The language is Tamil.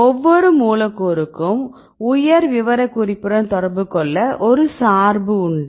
ஒவ்வொரு மூலக்கூறுக்கும் உயர் விவரக்குறிப்புடன் தொடர்பு கொள்ள ஒரு சார்பு உண்டு